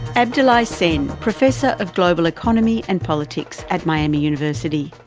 abdoulaye saine, professor of global economy and politics at miami university.